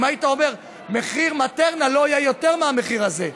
אם היית אומר שמחיר מטרנה לא יהיה יותר מהמחיר הזה,